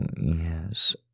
yes